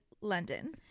London